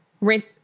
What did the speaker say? rent